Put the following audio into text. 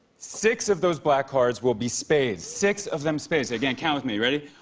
six of those black cards will be spades. six of them spades. again, count with me. ready?